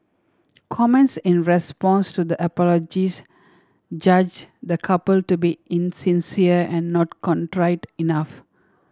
comments in response to the apologies judge the couple to be insincere and not contrite enough